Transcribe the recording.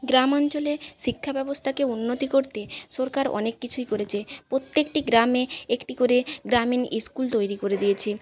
গ্রামাঞ্চলে শিক্ষা ব্যবস্থাকে উন্নতি করতে সরকার অনেক কিছুই করেছে প্রত্যেকটি গ্রামে একটি করে গ্রামীণ স্কুল তৈরি করে দিয়েছে